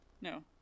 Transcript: No